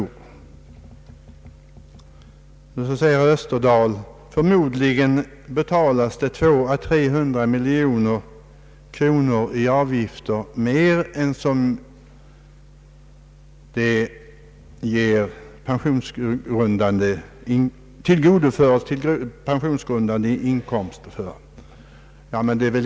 Herr Österdahl säger att det belopp som betalas i form av avgifter förmodligen med 200 å 300 miljoner kronor överstiger det belopp som tillgodoförs såsom <:pensionsgrundande inkomst.